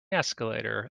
escalator